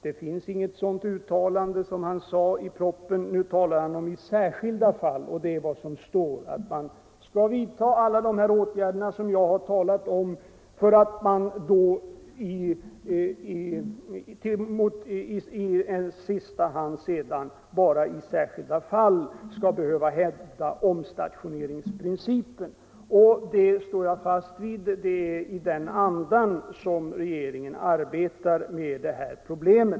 Det finns inte något sådant uttalande från riksdagens sida. Nu talar han om "i särskilda fall”, och det är vad som står i utskottsutlåtandet, nämligen att man skall vidta alla de åtgärder som jag har talat om för att man endast i särskilda fall skall behöva hävda omstationeringsprincipen. Det är i den andan som regeringen arbetar med denna fråga.